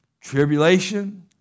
Tribulation